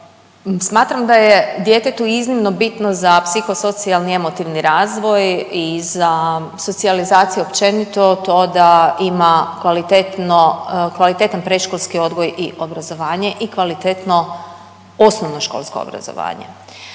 Smatram da je djetetu iznimno bitno za psihosocijalni i emotivni razvoj i za socijalizaciju općenito to da ima kvalitetno, kvalitetan predškolski odgoj i obrazovanje i kvalitetno osnovnoškolsko obrazovanje.